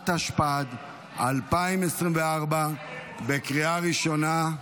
התשפ"ד 2024, בקריאה ראשונה.